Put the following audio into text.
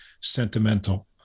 sentimental